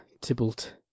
Tybalt